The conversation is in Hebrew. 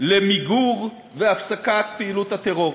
למיגור ולהפסקה של פעילות הטרור.